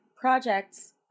projects